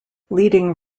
leading